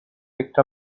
picked